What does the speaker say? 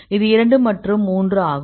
இது 2 மற்றும் 3 ஆகும்